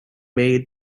made